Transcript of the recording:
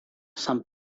san